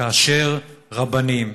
כאשר רבנים,